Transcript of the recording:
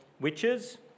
witches